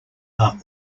are